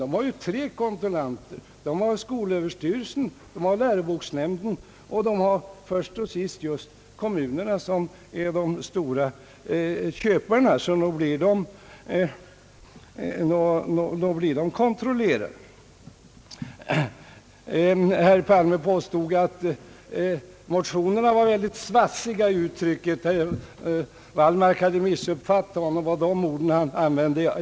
Jo, de har tre kontrollanter, skolöverstyrelsen, läroboksnämnden och — först och sist — kommunerna, som är de stora köparna, så nog blir de föremål för kontroll. Herr Palme påstod att motionerna var svassigt utformade; herr Wallmark hade missuppfattat ordet.